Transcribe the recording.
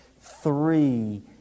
three